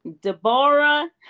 Deborah